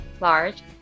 large